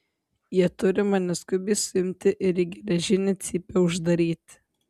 jie turi mane skubiai suimti ir į geležinę cypę uždaryti